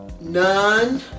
none